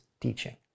teaching